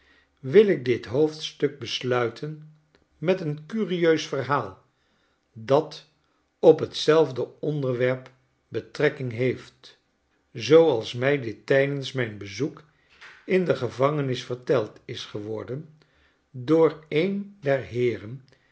wil ik dit hoofdstuk besluiten met een curieus verhaal dat op t zelfde onderwerp betrekking heeft zooals mij dit tijdensmijnbezoekindegevangenis verteld is geworden door een der heeren